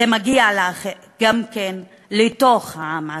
זה מגיע גם לתוך העם עצמו.